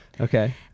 Okay